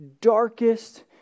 darkest